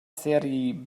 seri